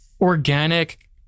organic